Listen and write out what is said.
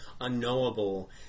unknowable